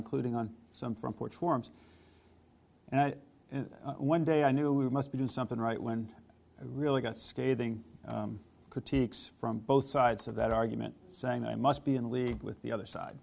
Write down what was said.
including on some front porch forums and one day i knew we must be doing something right when i really got scathing critique from both sides of that argument saying i must be in league with the other side